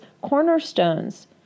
cornerstones